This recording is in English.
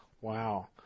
Wow